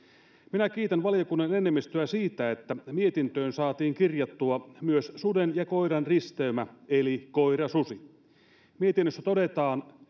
minä kiitän valiokunnan enemmistöä siitä että mietintöön saatiin kirjattua myös suden ja koiran risteymä eli koirasusi mietinnössä todetaan